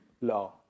law